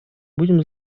будем